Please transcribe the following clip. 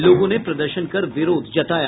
लोगों ने प्रदर्शन कर विरोध जताया